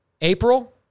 April